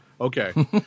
Okay